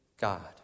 God